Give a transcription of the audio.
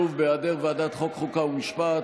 שוב, בהיעדר ועדת חוקה, חוק ומשפט,